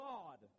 God